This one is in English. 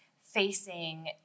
facing